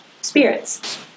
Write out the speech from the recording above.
spirits